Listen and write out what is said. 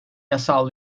yasal